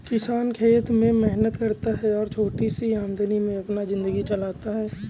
किसान खेत में मेहनत करता है और छोटी सी आमदनी में अपनी जिंदगी चलाता है